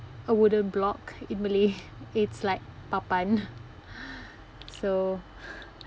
a wooden block in malay it's like papan so